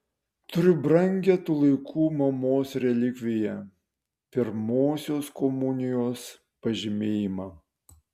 turiu brangią tų laikų mamos relikviją pirmosios komunijos pažymėjimą